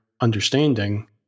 understanding